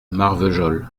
marvejols